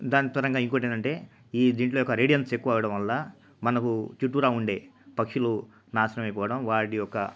దాని పరంగా ఇంకొకటి ఏంటంటే ఈ దీంట్లో యొక్క రేడియంట్స్ ఎక్కువ అవ్వడం వల్ల మనకు చుట్టు ఉండే పక్షులు నాశనం అయిపోవడం వాటి యొక్క